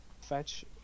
fetch